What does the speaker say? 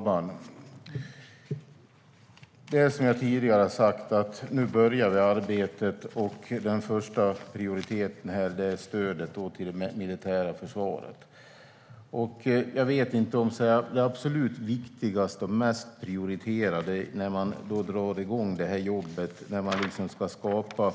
Fru talman! Nu börjar vi arbetet. Den första prioriteten är stödet till det militära försvaret. Jag vet inte om det viktigaste och mest prioriterade när man drar igång detta och ska skapa